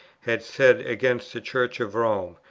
had said against the church of rome,